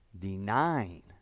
denying